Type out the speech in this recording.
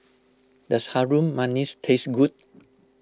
does Harum Manis taste good